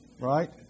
Right